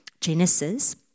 Genesis